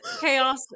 chaos